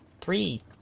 three